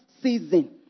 season